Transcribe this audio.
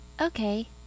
Okay